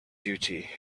duty